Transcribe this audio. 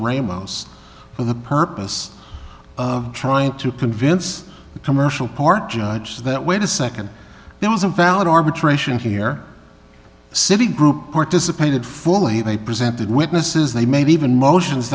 ramos for the purpose of trying to convince the commercial part judge that wait a nd there was a valid arbitration here citi group participated fully they presented witnesses they maybe even motions